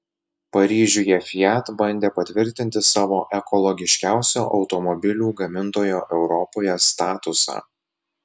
paryžiuje fiat bandė patvirtinti savo ekologiškiausio automobilių gamintojo europoje statusą